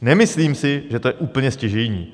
Nemyslím si, že to je úplně stěžejní.